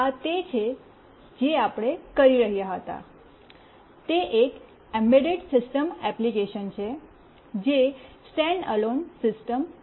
આ તે છે જે આપણે કરી રહ્યા હતા તે એક એમ્બેડ સિસ્ટમ એપ્લિકેશન છે જે સ્ટેન્ડ અલોન સિસ્ટમ છે